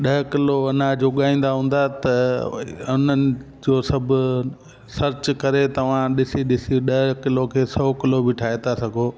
ॾह किलो अनाज उगाईंदा हूंदा त उन्हनि जो सभु सर्च करे तव्हां ॾिसी ॾिसी ॾह किलो खे सौ किलो बि ठाहे था सघो